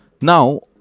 Now